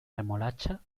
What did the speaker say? remolacha